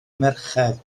merched